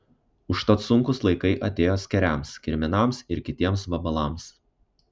užtat sunkūs laikai atėjo skėriams kirminams ir kitiems vabalams